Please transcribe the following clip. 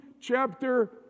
chapter